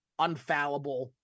unfallible